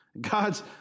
God's